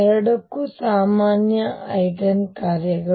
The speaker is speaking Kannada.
ಎರಡಕ್ಕೂ ಸಾಮಾನ್ಯ ಐಜೆನ್ ಕಾರ್ಯಗಳು